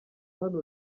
hano